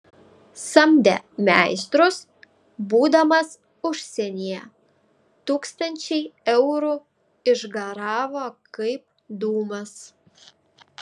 samdė meistrus būdamas užsienyje tūkstančiai eurų išgaravo kaip dūmas